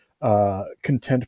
Content